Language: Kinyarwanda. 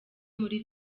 muri